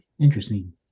Interesting